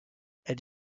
elle